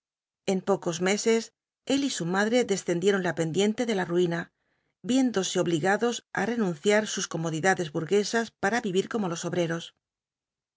en pocos meses él y su madre descendieron la pendiente de la ruina viéndose obligados á renunciar sus comodidades burguesas para vivir como lo obreros